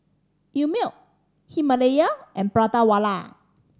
Einmilk Himalaya and Prata Wala